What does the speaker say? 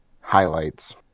highlights